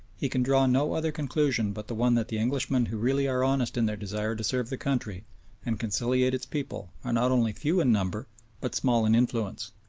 he can draw no other conclusion but the one that the englishmen who really are honest in their desire to serve the country and conciliate its people are not only few in number but small in influence.